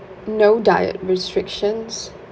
no diet restrictions